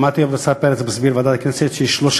שמעתי את השר פרץ מסביר בוועדה בכנסת ש-3